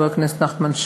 תודה, חבר הכנסת נחמן שי.